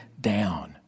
down